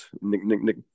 Nick